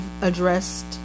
addressed